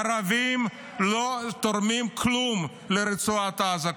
הערבים לא תורמים כלום לרצועת עזה.